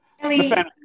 Kelly